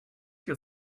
your